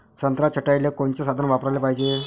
संत्रा छटाईले कोनचे साधन वापराले पाहिजे?